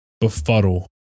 befuddle